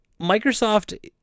Microsoft